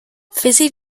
fizzy